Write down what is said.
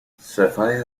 sapphire